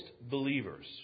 believers